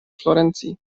florencji